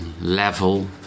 level